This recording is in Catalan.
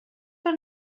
per